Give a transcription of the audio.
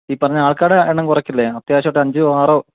ഈ പറഞ്ഞ ആൾക്കാരെ എണ്ണം കുറയ്ക്കല്ലേ അത്യാവശ്യം ആയിട്ട് അഞ്ചും ആറോ